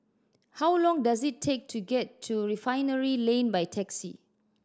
how long does it take to get to Refinery Lane by taxi